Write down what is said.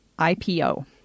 ipo